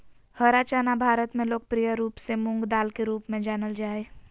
हरा चना भारत में लोकप्रिय रूप से मूंगदाल के रूप में जानल जा हइ